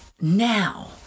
Now